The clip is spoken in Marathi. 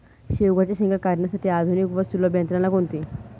शेवग्याच्या शेंगा काढण्यासाठी आधुनिक व सुलभ यंत्रणा कोणती?